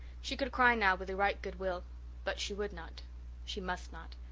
she could cry now with a right good will but she would not she must not.